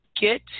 get